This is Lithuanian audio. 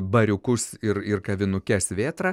bariukus ir ir kavinukes vėtra